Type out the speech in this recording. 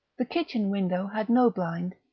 the kitchen window had no blind,